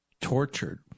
tortured